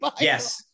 Yes